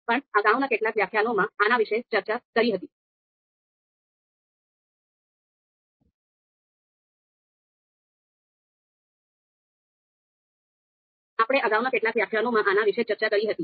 આપણે અગાઉના કેટલાક વ્યાખ્યાનોમાં આના વિશે ચર્ચા કરી હતી